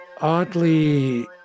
oddly